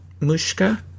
Mushka